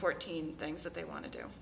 fourteen things that they want to do